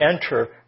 enter